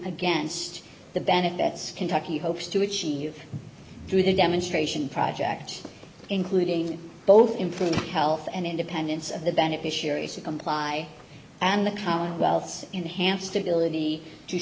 against the benefits kentucky hopes to achieve through the demonstration project including both employee health and independence of the beneficiaries to comply and the commonwealth's enhanced ability to